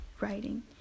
writing